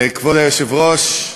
כבוד היושב-ראש,